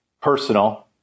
Personal